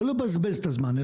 לא לבזבז את הזמן,